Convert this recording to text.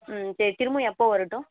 ம் சரி திரும்பவும் எப்போ வரட்டும்